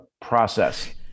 process